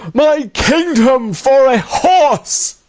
my kingdom for a horse!